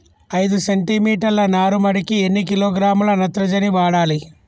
ఐదు సెంటిమీటర్ల నారుమడికి ఎన్ని కిలోగ్రాముల నత్రజని వాడాలి?